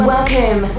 Welcome